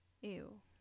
Ew